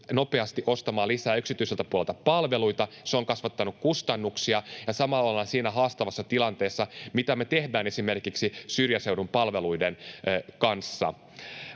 nopeasti ostamaan lisää palveluita yksityiseltä puolelta. Se on kasvattanut kustannuksia, ja samalla ollaan siinä haastavassa tilanteessa, että mitä me tehdään esimerkiksi syrjäseudun palveluiden kanssa.